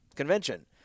Convention